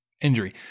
injury